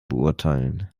beurteilen